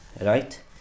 right